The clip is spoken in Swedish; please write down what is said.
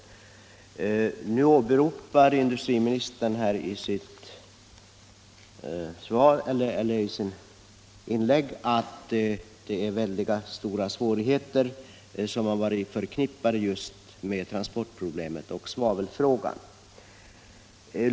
Industriministern framhåller i sitt inlägg att stora svårigheter varit förknippade just med transportproblemet och svavelfrågan.